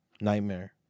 nightmare